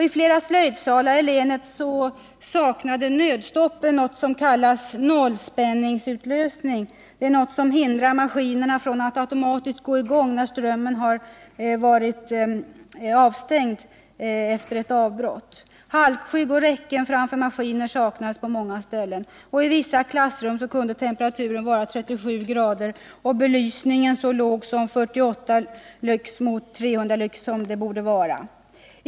I flera slöjdsalar i länet saknade nödstoppen något som kallas nollspänningsutlösning, vilken hindrar maskinerna från att automatiskt gå i gång när strömmen varit avstängd efter ett avbrott. Halkskydd och räcken framför maskiner saknades på många ställen. I vissa klassrum kunde temperaturen vara 37 grader och belysningen så låg som 48 lux mot 300 lux som det borde vara.